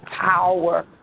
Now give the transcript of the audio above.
power